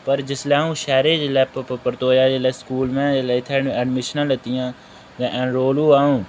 पर जिसलै आ'ऊं शैह्र च जेल्लै परतोया जेल्लै स्कूल मैं जैल्लै इत्थे एडमिशनां लैतियां ते एनरोल होआ आ'ऊं